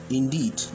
indeed